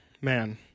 Man